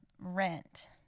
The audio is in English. rent